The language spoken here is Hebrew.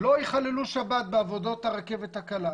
לא יחללו שבת בעבודות הרכבת הקלה.